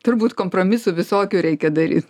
turbūt kompromisų visokių reikia daryt